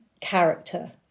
character